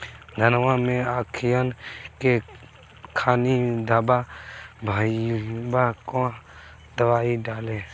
धनवा मै अखियन के खानि धबा भयीलबा कौन दवाई डाले?